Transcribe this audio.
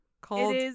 called-